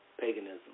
paganism